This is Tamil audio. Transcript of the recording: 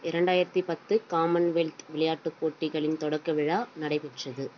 இரண்டாயிரத்தி பத்து காமன்வெல்த் விளையாட்டுப் போட்டிகளின் தொடக்க விழா நடைபெற்றது